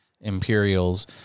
Imperials